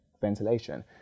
ventilation